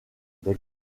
des